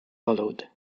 followed